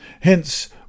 Hence